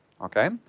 okay